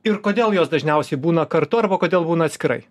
ir kodėl jos dažniausiai būna kartu arba kodėl būna atskirai